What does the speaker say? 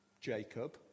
Jacob